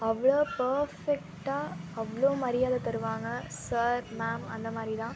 அவ்வளோ பேர்ஃபெக்டாக அவ்வளோ மரியாதை தருவாங்க சார் மேம் அந்த மாதிரி தான்